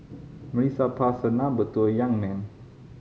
Melissa passed her number to the young man